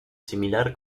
similar